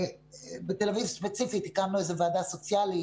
ובתל אביב ספציפית הקמנו איזו ועדה סוציאלית